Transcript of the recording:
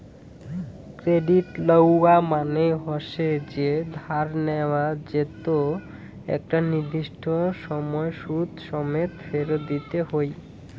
credit লওয়া মানে হসে যে ধার নেয়া যেতো একটা নির্দিষ্ট সময় সুদ সমেত ফেরত দিতে হই